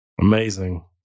Amazing